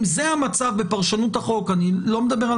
אם זה המצב בפרשנות החוק אני לא מדבר על